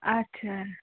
अच्छा